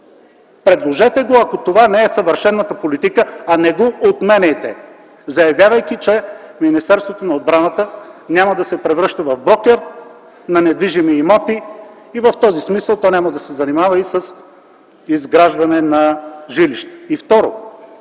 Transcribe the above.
Предложете го, ако това не е съвършената политика, а не го отменяйте, заявявайки, че Министерството на отбраната няма да се превръща в брокер на недвижими имоти и в този смисъл то няма да се занимава и с изграждане на жилища.